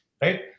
Right